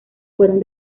fueron